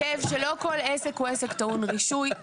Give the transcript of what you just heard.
לא כל עסק הוא עסק טעון רישוי.